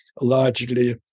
largely